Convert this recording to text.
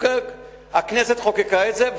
הכנסת חוקקה את זה,